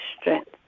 strength